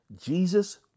Jesus